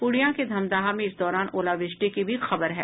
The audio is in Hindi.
पूर्णिया के धमदाहा में इस दौरान ओलावृष्टि की भी खबर है